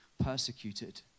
persecuted